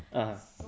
ah